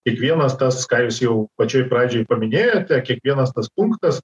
kiekvienas tas ką jūs jau pačioj pradžioj paminėjote kiekvienas tas punktas